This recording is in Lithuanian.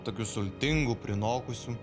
tokių sultingų prinokusių